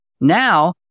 now